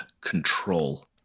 control